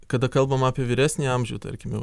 kada kalbam apie vyresnį amžių tarkim jau